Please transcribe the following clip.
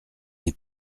n’ai